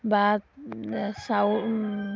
বা চাউল